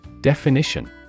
Definition